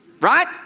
right